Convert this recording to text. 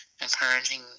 encouraging